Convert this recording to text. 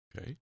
Okay